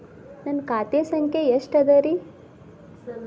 ನನ್ನ ಖಾತೆ ಸಂಖ್ಯೆ ಎಷ್ಟ ಅದರಿ?